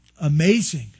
amazing